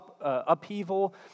upheaval